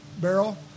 barrel